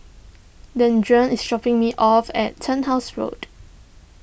Deirdre is dropping me off at Turnhouse Road